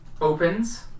opens